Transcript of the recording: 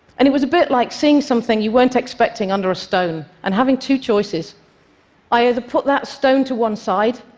and it was a bit like seeing something you weren't expecting under a stone and having two choices i either put that stone to one side